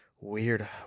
Weird